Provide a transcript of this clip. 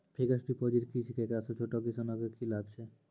Fixed deposit की छिकै, एकरा से छोटो किसानों के की लाभ छै?